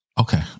Okay